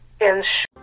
ensure